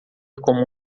como